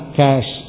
cash